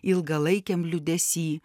ilgalaikiam liūdesy